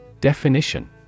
Definition